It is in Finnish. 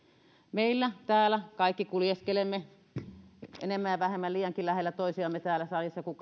meillä täällä kaikki kuljeskelemme enemmän ja vähemmän liiankin lähellä toisiamme täällä salissa kun